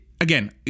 Again